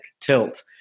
tilt